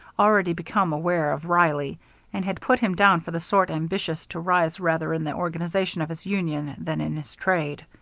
already become aware of reilly and had put him down for the sort ambitious to rise rather in the organization of his union than in his trade.